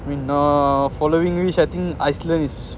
இன்னும்:innum following wish I think iceland is